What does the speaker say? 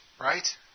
right